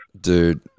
dude